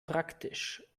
praktisch